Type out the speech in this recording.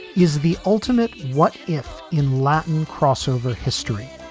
is the ultimate what if in latin crossover history?